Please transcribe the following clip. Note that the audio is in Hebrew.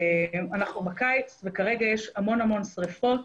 אנחנו בקיץ וכרגע יש המון שריפות.